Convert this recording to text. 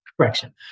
correction